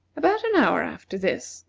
about an hour after this,